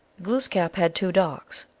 glooskap had two dogs.